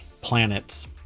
Planets